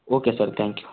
okay sir thank you